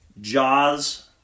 Jaws